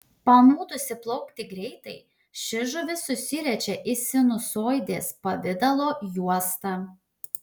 panūdusi plaukti greitai ši žuvis susiriečia į sinusoidės pavidalo juostą